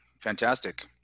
fantastic